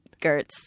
Gertz